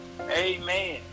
Amen